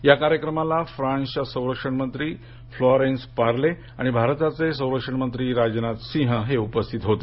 या कार्यक्रमाला फ्रांस च्या संरक्षण मंत्री फ्लॉरेन्स पार्ले आणि भारताचे संरक्षण मंत्री राजनाथ सिंह हे उपस्थित होते